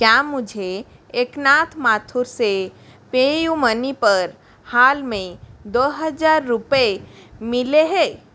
क्या मुझे एकनाथ माथुर से पेयूमनी पर हाल में दो हजार रुपये मिले हैं